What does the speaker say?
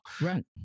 Right